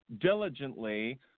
diligently